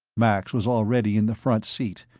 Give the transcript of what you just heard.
max was already in the front seat,